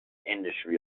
industry